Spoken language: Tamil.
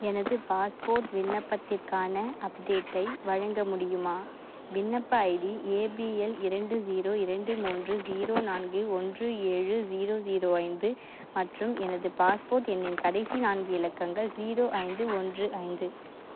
எனது பாஸ்போர்ட் விண்ணப்பத்திற்கான அப்டேட்டை வழங்க முடியுமா விண்ணப்ப ஐடி ஏபிஎல் இரண்டு ஜீரோ இரண்டு மூன்று ஜீரோ நான்கு ஒன்று ஏழு ஜீரோ ஜீரோ ஐந்து மற்றும் எனது பாஸ்போர்ட் எண்ணின் கடைசி நான்கு இலக்கங்கள் ஜீரோ ஐந்து ஒன்று ஐந்து